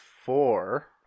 four